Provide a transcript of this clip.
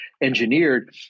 engineered